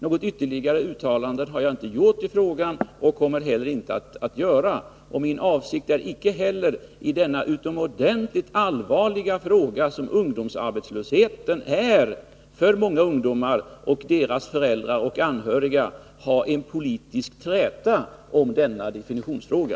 Något ytterligare uttalande har jag inte gjort i frågan och kommer inte heller att göra det. Min avsikt är icke heller att i den utomordentligt allvarliga fråga som ungdomsarbetslösheten är för många ungdomar och deras föräldrar och anhöriga söka en politisk träta om denna definitionsfråga.